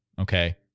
okay